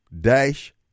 Dash